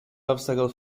obstacle